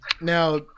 Now